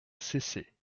cesset